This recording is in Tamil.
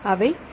அவை என்னென்ன